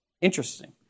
Interesting